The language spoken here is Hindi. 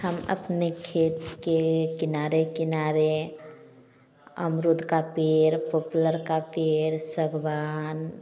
हम अपने खेत के किनारे किनारे अमरुद का पेड़ पॉपुलर का पेड़ सागवान